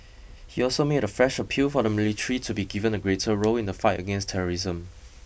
he also made a fresh appeal for the military to be given a greater role in the fight against terrorism